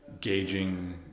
gauging